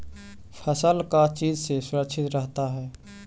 फसल का चीज से सुरक्षित रहता है?